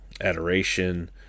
adoration